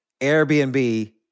Airbnb